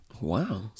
wow